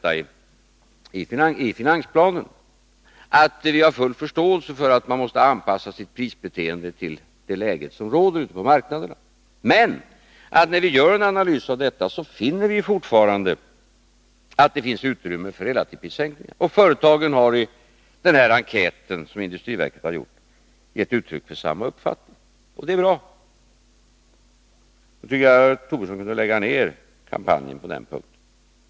Jag har i finansplanen upprepat att vi har full förståelse för att man måste anpassa sitt prisbeteende till det läge som råder ute på marknaderna, men när vi gör en analys finner vi fortfarande att det finns utrymme för relativprissänkningar. Företagen har i den enkät som industriverket har gjort gett uttryck för samma uppfattning. Det är bra. Jag tycker herr Tobisson kunde lägga ner kampanjen på den punkten.